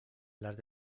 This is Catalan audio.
les